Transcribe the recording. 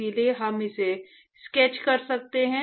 इसलिए हम इसे स्केच कर सकते हैं